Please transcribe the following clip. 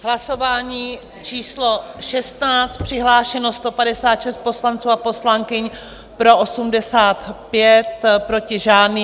Hlasování číslo 16, přihlášeno 156 poslanců a poslankyň, pro 85, proti žádný.